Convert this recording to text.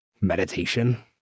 meditation